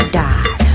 die